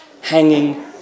hanging